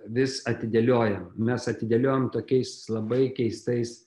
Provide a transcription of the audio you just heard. vis atidėliojam mes atidėliojam tokiais labai keistais